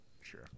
Sure